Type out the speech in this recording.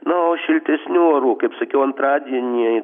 na o šiltesnių orų kaip sakiau antradienį